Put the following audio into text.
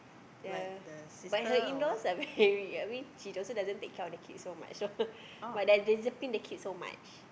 the but her in laws like very I mean she also doesn't take care of the kids so much so but there's discipline the kids so much